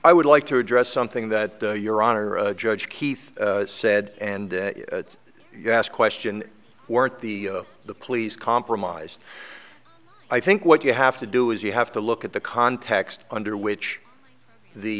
i would like to address something that your honor judge keith said and you asked question weren't the the police compromised i think what you have to do is you have to look at the context under which the